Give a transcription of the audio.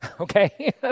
okay